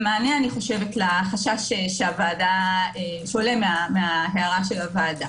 מענה לחשש שעולה מההערה של הוועדה.